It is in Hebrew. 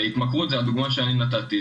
התמכרות זו הדוגמא שאני נתתי,